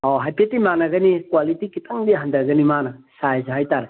ꯑꯣ ꯍꯥꯏꯐꯦꯠꯇꯤ ꯃꯥꯅꯒꯗꯤ ꯀ꯭ꯋꯥꯂꯤꯇꯤ ꯈꯤꯇꯪꯗꯤ ꯍꯟꯊꯒꯅꯤ ꯃꯥꯅ ꯁꯥꯏꯁ ꯍꯥꯏꯇꯥꯔꯦ